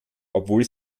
obwohl